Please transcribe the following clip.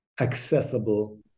accessible